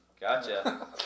Gotcha